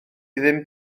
ddim